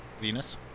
Venus